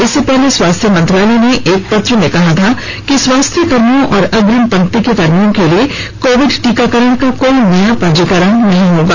इससे पहले स्वास्थ्य मंत्रालय ने एक पत्र में कहा था कि स्वास्थ्य कर्मियों और अग्रिम पंक्ति को कर्मियों के लिए कोविड टीकाकरण का कोई नया पंजीकरण नहीं होगा